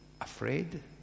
afraid